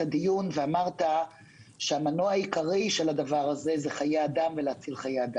הדיון ואמרת שהמנוע העיקרי של הדבר הזה הוא חיי אדם והצלתם.